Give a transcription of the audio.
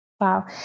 Wow